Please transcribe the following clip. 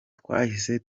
twahise